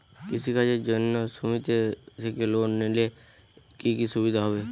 কৃষি কাজের জন্য সুমেতি থেকে লোন নিলে কি কি সুবিধা হবে?